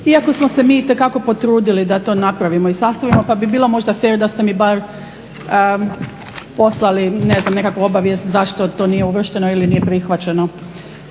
iako smo se mi itekako potrudili da to napravimo i sastavimo pa bi bilo možda fer da ste mi bar poslali nekakvu obavijest zašto to nije uvršteno ili nije prihvaćeno.